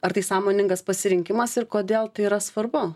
ar tai sąmoningas pasirinkimas ir kodėl tai yra svarbu